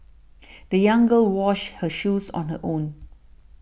the young girl washed her shoes on her own